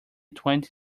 twenty